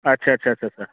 आथसा आथसा आथसा सा